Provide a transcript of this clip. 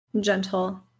Gentle